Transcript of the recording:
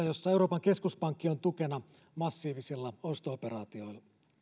jossa euroopan keskuspankki on tukena massiivisilla osto operaatioilla